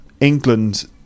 England